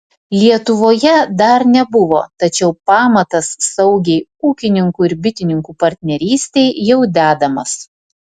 lietuvoje dar nebuvo tačiau pamatas saugiai ūkininkų ir bitininkų partnerystei jau dedamas